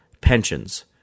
pensions